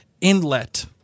inlet